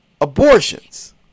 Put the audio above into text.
abortions